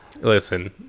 listen